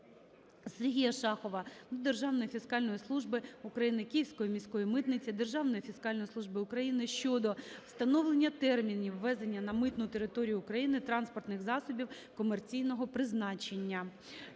Сергія Шахова до Державної фіскальної служби України, Київської міської митниці Державної фіскальної служби України щодо встановлення термінів ввезення на митну територію України транспортних засобів комерційного призначення.